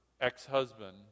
ex-husband